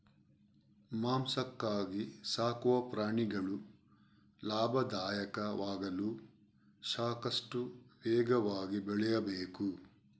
ಮಾಂಸಕ್ಕಾಗಿ ಸಾಕುವ ಪ್ರಾಣಿಗಳು ಲಾಭದಾಯಕವಾಗಲು ಸಾಕಷ್ಟು ವೇಗವಾಗಿ ಬೆಳೆಯಬೇಕು